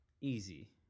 easy